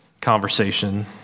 conversation